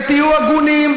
תהיו רציניים ותהיו הגונים.